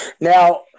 Now